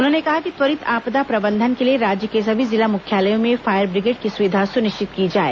उन्होंने कहा कि त्वरित आपदा प्रबंधन के लिए राज्य के सभी जिला मुख्यालयों में फायर ब्रिगेड की सुविधा सुनिश्चित की जाए